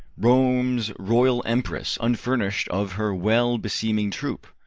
rome's royal emperess, unfurnish'd of her well-beseeming troop?